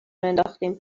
انداختین